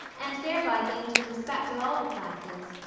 and thereby gained the respect of all the classes,